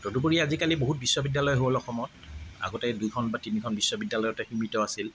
তদুপৰি আজিকালি বহুত বিশ্ববিদ্যালয় হ'ল অসমত আগতে দুখন বা তিনিখন বিশ্ববিদ্যালয়তে সীমিত আছিল